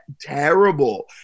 terrible